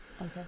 Okay